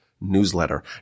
newsletter